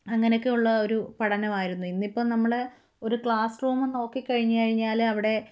അങ്ങനൊക്കെയുള്ള ഒരു പഠനമായിരുന്നു ഇന്നിപ്പോള് നമ്മള് ഒരു ക്ലാസ് റൂം നോക്കിക്കഴിഞ്ഞുകഴിഞ്ഞാല് അവിടെ